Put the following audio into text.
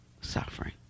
suffering